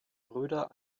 brüder